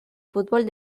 fútbol